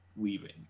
leaving